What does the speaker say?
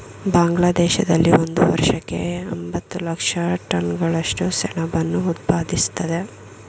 ಬಾಂಗ್ಲಾದೇಶದಲ್ಲಿ ಒಂದು ವರ್ಷಕ್ಕೆ ಎಂಬತ್ತು ಲಕ್ಷ ಟನ್ಗಳಷ್ಟು ಸೆಣಬನ್ನು ಉತ್ಪಾದಿಸ್ತದೆ